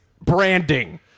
branding